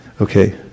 Okay